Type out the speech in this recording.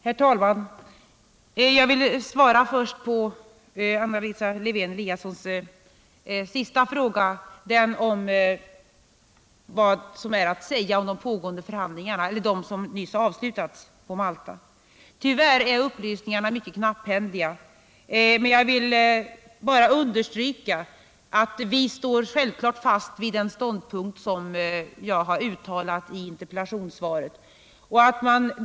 Herr talman! Jag vill först svara på Anna Lisa Lewén-Eliassons sista fråga — den om vad som är att säga om de nyss avslutade förhandlingarna på Malta. Tyvärr är upplysningarna mycket knapphändiga, men jag vill bara understryka att vi självfallet står fast vid den ståndpunkt som jag angivit i interpellationssvaret.